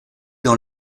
dans